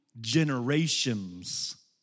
generations